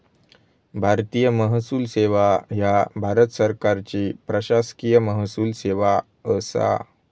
भारतीय महसूल सेवा ह्या भारत सरकारची प्रशासकीय महसूल सेवा असा